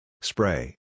Spray